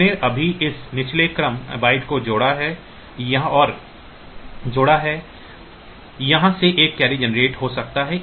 हमने अभी इस निचले क्रम बाइट को जोड़ा है यहाँ से एक कैरी जनरेट हो सकता है